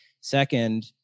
Second